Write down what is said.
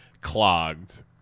clogged